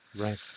Right